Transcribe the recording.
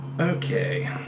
Okay